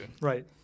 Right